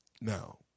now